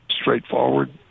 straightforward